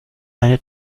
eine